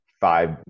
five